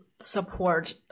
support